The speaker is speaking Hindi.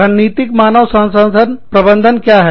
रणनीतिक मानव संसाधन प्रबंधन क्या है